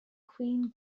queen